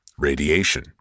radiation